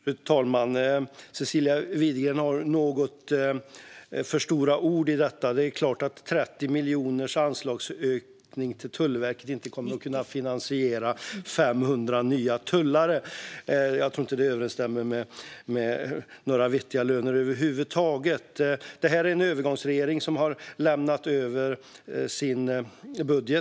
Fru talman! Cecilia Widegren har något för stora ord i detta. Det är klart att 30 miljoners anslagsökning till Tullverket inte kommer att kunna finansiera 500 nya tullare. Jag tror inte att det överensstämmer med några vettiga löner över huvud taget. Det är en övergångsregering som har lämnat över sin budget.